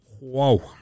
Whoa